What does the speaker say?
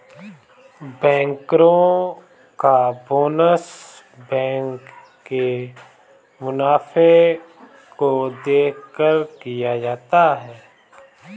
बैंकरो का bonus bank के मुनाफे को देखकर दिया जाता है